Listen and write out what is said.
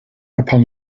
upon